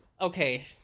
Okay